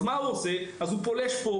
אז הוא פולש פה,